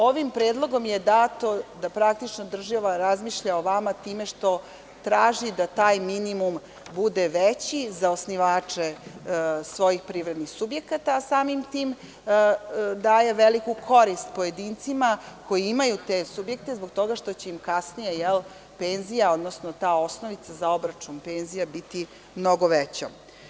Ovim predlogom je dato da praktično država razmišlja o vama time što traži da taj minimum bude veći za osnivače svojih privrednih subjekata, a samim tim daje veliku korist pojedincima koji imaju te subjekte, zbog toga što će im kasnije penzija, odnosno ta osnovica za obračun penzija biti mnogo veća.